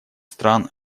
стран